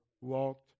walked